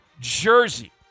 Jersey